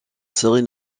séries